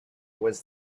was